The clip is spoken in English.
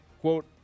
quote